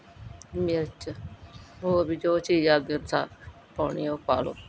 ਮਿਰਚ ਹੋਰ ਵੀ ਜੋ ਚੀਜ਼ ਆਪਣੇ ਅਨੁਸਾਰ ਪਾਉਣੀ ਆ ਉਹ ਪਾ ਲਓ